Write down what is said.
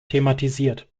thematisiert